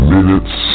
Minutes